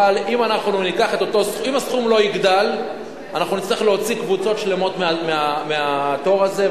אבל אם הסכום לא יגדל אנחנו נצטרך להוציא קבוצות שלמות מהתור הזה,